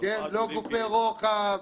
לא גופי רוחב,